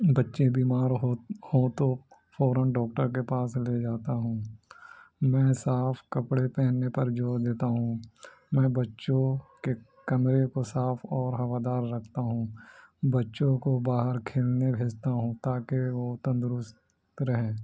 بچے بیمار ہو ہوں تو فوراً ڈاکٹر کے پاس لے جاتا ہوں میں صاف کپڑے پہننے پر جوڑ دیتا ہوں میں بچوں کے کمرے کو صاف اور ہوا دار رکھتا ہوں بچوں کو باہر کھیلنے بھیجتا ہوں تاکہ وہ تندرست رہیں